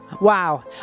Wow